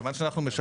כיוון שאנחנו,